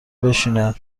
بشینه